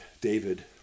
David